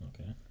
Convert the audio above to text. Okay